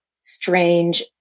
strange